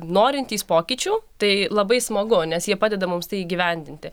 norintys pokyčių tai labai smagu nes jie padeda mums tai įgyvendinti